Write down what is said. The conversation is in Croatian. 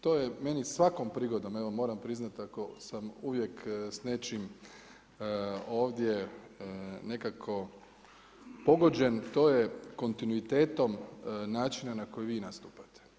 To je meni svakom prigodom, evo moram priznati ako sam uvijek s nečim ovdje nekako pogođen to je kontinuitetom načina na koji vi nastupate.